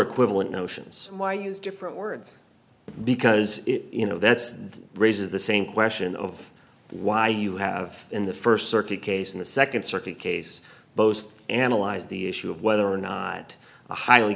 equivalent notions why use different words because you know that's raises the same question of why you have in the first circuit case in the second circuit case bose analyzed the issue of whether or not the highly